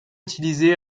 utilisés